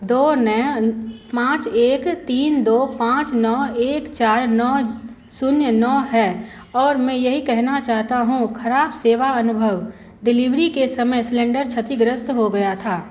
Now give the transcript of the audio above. दो नौ पाँच एक तीन दो पाँच नौ एक चार नौ शून्य नौ है और मैं यही कहना चाहता हूँ खराब सेवा अनुभव डिलीवरी के समय सिलेंडर क्षतिग्रस्त हो गया था